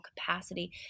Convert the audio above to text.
capacity